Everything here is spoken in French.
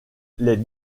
les